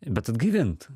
bet atgaivint